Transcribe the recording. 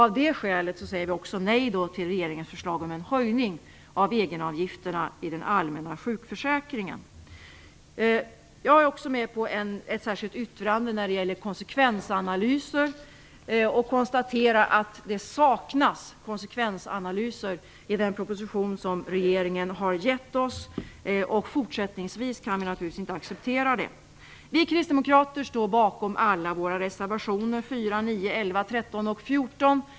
Av det skälet säger vi också nej till regeringens förslag om en höjning av egenavgifterna i den allmänna sjukförsäkringen. Jag är också med på ett särskilt yttrande när det gäller konsekvensanalyser. Jag konstaterar att det saknas konsekvensanalyser i den proposition som regeringen har lagt fram. Fortsättningsvis kan vi naturligtvis inte acceptera det. Vi kristdemokrater står bakom alla våra reservationer - nr. 4, 9, 11, 13 och 14.